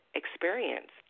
experience